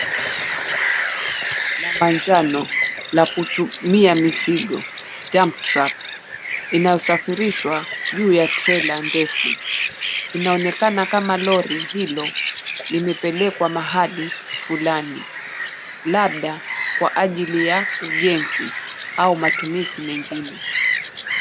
...la manjano la kutumia mizigo, Dump Truck inayosafirishwa juu ya trela ndefu. Inaonekana kama lori hilo limepelekwa mahali fulani labda kwa ajili ya ujenzi au matumizi mengine.